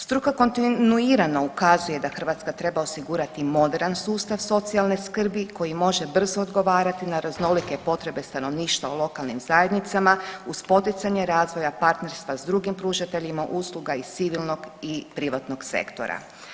Struka kontinuirano ukazuje da Hrvatska treba osigurati moderan sustav socijalne skrbi koji može brzo odgovarati na raznolike potrebe stanovništva u lokalnim zajednicama uz poticanje razvoja partnerstva s drugim pružateljima usluga iz civilnog i privatnog sektora.